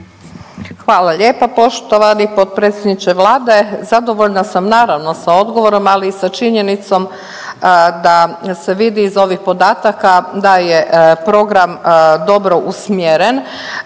Hvala lijepa. Poštovani potpredsjedniče Vlade zadovoljna sam naravno sa odgovorom, ali i sa činjenicom da se vidi iz ovih podataka da je program dobro usmjeren